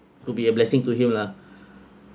could be a blessing to him lah